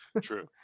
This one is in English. true